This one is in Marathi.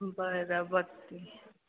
बरं बघते